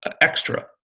extra